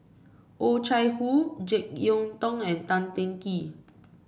Oh Chai Hoo JeK Yeun Thong and Tan Teng Kee